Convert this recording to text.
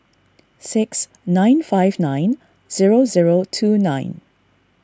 six nine five nine zero zero two nine